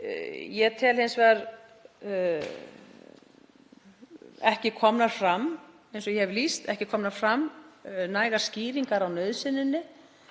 Ég tel hins vegar ekki komnar fram, eins og ég hef lýst, nægar skýringar á nauðsyninni.